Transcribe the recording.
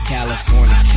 California